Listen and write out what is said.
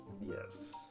Yes